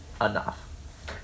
enough